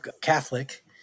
Catholic